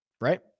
right